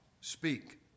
speak